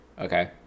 okay